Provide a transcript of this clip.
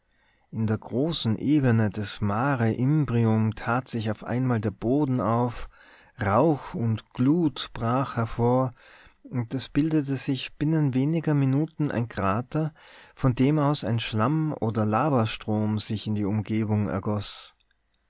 in der großen ebene des mare imbrium tat sich auf einmal der boden auf rauch und glut brach hervor und es bildete sich binnen weniger minuten ein krater von dem aus ein schlamm oder lavastrom sich in die umgebung ergoß